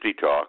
Talk